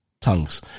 tongues